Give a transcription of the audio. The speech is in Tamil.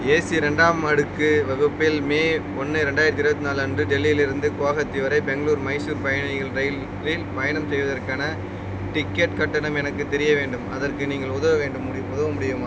ஏசி ரெண்டாம் அடுக்கு வகுப்பில் மே ஒன்று ரெண்டாயிரத்தி இருபத்தி நாலு அன்று டெல்லியிலிருந்து குவஹாத்தி வரை பெங்களூர் மைசூர் பயணிகள் ரயிலில் பயணம் செய்வதற்கான டிக்கெட் கட்டணம் எனக்குத் தெரிய வேண்டும் அதற்கு நீங்கள் உதவ வேண்டும் முடி உதவ முடியுமா